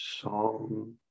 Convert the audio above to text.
song